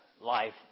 life